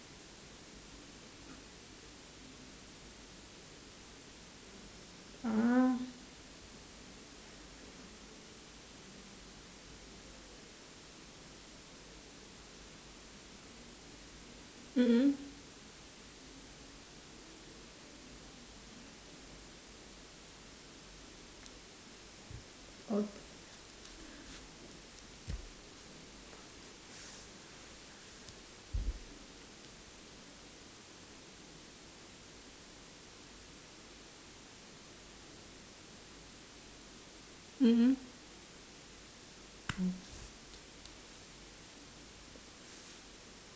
ah mm mm mm mm